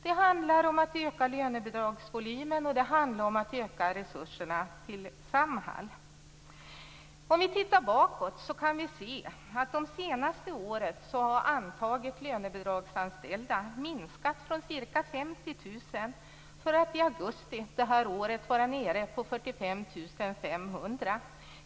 Det handlar om att öka lönebidragsvolymen, och det handlar om att öka resurserna till Samhall. Om vi tittar bakåt kan vi se att de senaste åren har antalet lönebidragsanställda minskat från ca 50 000 till att i augusti det här året vara nere på 45 500.